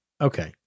Okay